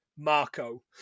Marco